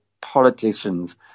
politicians